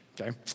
okay